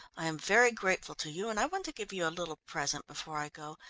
i am very grateful to you and i want to give you a little present before i go.